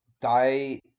Die